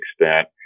extent